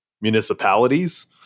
municipalities